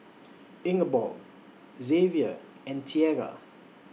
Ingeborg Zavier and Tiera